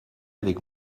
avec